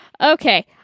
Okay